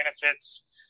benefits